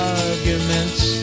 arguments